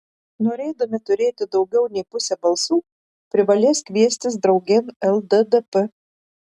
norėdami turėti daugiau nei pusę balsų privalės kviestis draugėn lddp